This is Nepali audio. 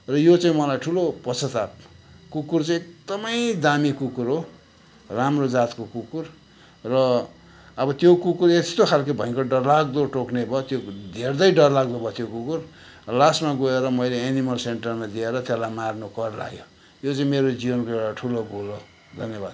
र यो चाहिँ मलाई ठुलो पश्चताप कुकुर चाहिँ एकदमै दामी कुकुर हो राम्रो जातको कुकुर र अब त्यो कुकुर यस्तो खालको भयङ्कर डरलाग्दो टोक्ने भयो त्यो हेर्दै डरलाग्ने भयो त्यो कुकुर लास्टमा गएर मैले एनिमल सेन्टरमा दिएर त्यसलाई मार्नु कर लाग्यो यो चाहिँ मेरो जीवनको एउटा ठुलो भुल हो धन्यवाद